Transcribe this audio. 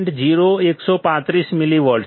0135 millivolt છે